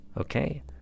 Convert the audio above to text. okay